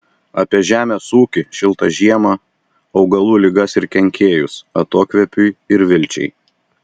apie žemės ūkį šiltą žiemą augalų ligas ir kenkėjus atokvėpiui ir vilčiai